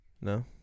No